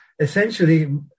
essentially